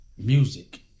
Music